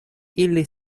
ili